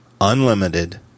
unlimited